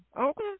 Okay